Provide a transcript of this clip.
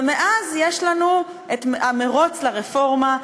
ומאז יש לנו המירוץ לרפורמה,